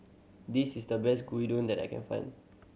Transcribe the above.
this is the best that I can find